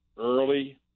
early